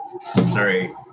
sorry